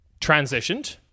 Transitioned